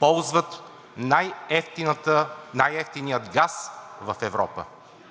ползват най-евтиния газ в Европа.